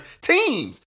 teams